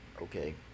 okay